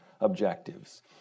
objectives